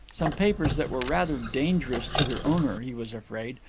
some papers that were rather dangerous to their owner, he was afraid,